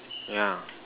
ya